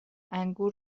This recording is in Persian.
انگور